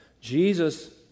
Jesus